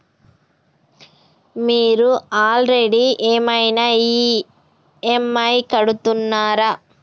మీరు ఆల్రెడీ ఏమైనా ఈ.ఎమ్.ఐ కడుతున్నారా?